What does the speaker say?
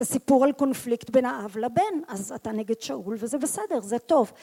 הסיפור על קונפליקט בין האב לבן, אז אתה נגד שאול וזה בסדר, זה טוב.